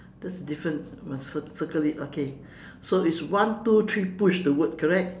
that's difference must cir~ circle it okay so it's one two three push the word correct